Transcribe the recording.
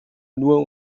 nur